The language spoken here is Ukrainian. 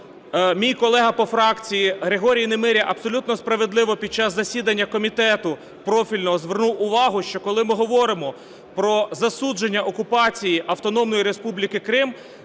мій колега по фракції Григорій Немиря абсолютно справедливо під час засідання комітету профільного звернув увагу, що коли ми говоримо про засудження окупації Автономної Республіки Крим,